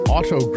Auto